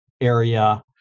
area